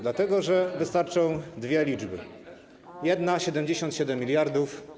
Dlatego, że wystarczą dwie liczby: jedna - 77 mld.